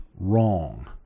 wrong